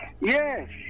Yes